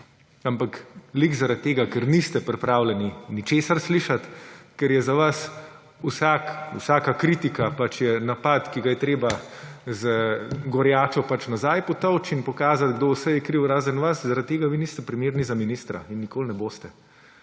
Ampak ravno zaradi tega ker niste pripravljeni ničesar slišati, ker je za vas vsaka kritika napad, ki ga je treba z gorjačo nazaj potolči in pokazati, kdo vse je kriv− razen vas, zaradi tega vi niste primerni za ministra in nikoli ne boste.